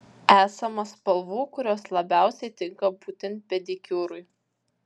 esama spalvų kurios labiausiai tinka būtent pedikiūrui